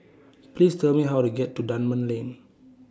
Please Tell Me How to get to Dunman Lane